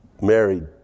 married